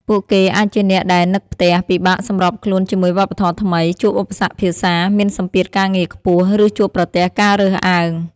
ពួកគេអាចជាអ្នកដែលនឹកផ្ទះ ពិបាកសម្របខ្លួនជាមួយវប្បធម៌ថ្មី ជួបឧបសគ្គភាសា មានសម្ពាធការងារខ្ពស់ ឬជួបប្រទះការរើសអើង ។